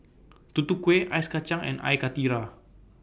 Tutu Kueh Ice Kacang and Air Karthira